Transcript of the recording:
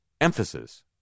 emphasis